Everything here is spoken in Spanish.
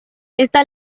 esta